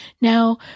Now